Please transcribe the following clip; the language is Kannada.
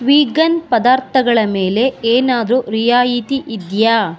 ವೀಗನ್ ಪದಾರ್ಥಗಳ ಮೇಲೆ ಏನಾದರೂ ರಿಯಾಯಿತಿ ಇದೆಯಾ